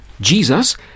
Jesus